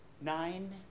nine